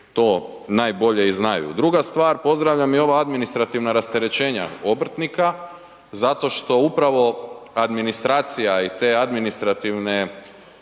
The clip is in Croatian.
to najbolje i znaju. Druga stvar pozdravljam i ova administrativna rasterećenja obrtnika zato što upravo administracija i te administrativne